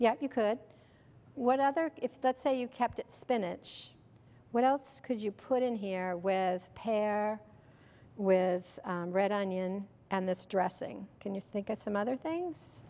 yeah you could what other if that's a you kept spinach what else could you put in here with pear with red onion and this dressing can you think that some other things